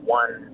one